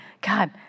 God